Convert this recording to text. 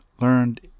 learned